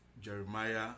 jeremiah